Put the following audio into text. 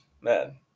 Man